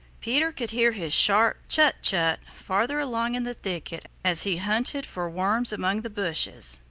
peter could hear his sharp chut! chut! farther along in the thicket as he hunted for worms among the bushes.